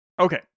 Okay